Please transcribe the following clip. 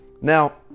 Now